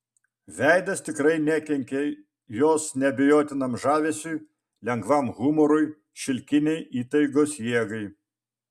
veidas tikrai nekenkė jos neabejotinam žavesiui lengvam humorui šilkinei įtaigos jėgai